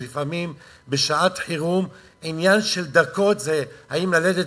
כי לפעמים בשעת חירום זה עניין של דקות אם ללדת